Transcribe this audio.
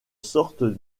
sorte